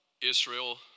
Israel